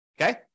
Okay